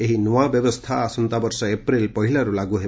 ଏହି ନ୍ନଆ ବ୍ୟବସ୍ଥା ଆସନ୍ତା ବର୍ଷ ଏପ୍ରିଲ୍ ପହିଲାରୁ ଲାଗୁ ହେବ